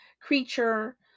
creature